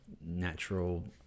natural